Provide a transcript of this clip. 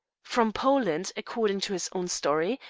from poland, according to his own story,